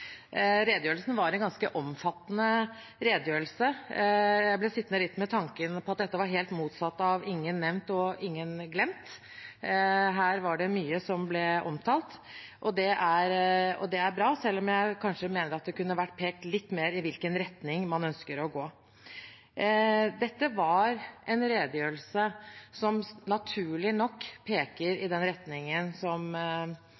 Redegjørelsen var ganske omfattende. Jeg ble sittende litt med tanken på at dette var helt motsatt av «ingen nevnt, ingen glemt». Her var det mye som ble omtalt, og det er bra, selv om jeg kanskje mener at det kunne vært pekt litt mer i hvilken retning man ønsker å gå. Dette var en redegjørelse som naturlig nok peker